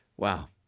Wow